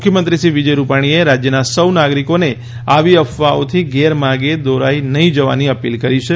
મુખ્યમંત્રી શ્રી વિજયભાઈ રૂપાણીએ રાજ્યના સૌ નાગરિકોને આવી અફવાઓથી ગેરમાર્ગે દોરવાઈ નફી જવાની અપીલ કરી છે